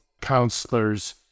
counselors